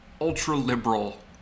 ultra-liberal